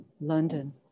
London